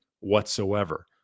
whatsoever